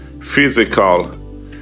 physical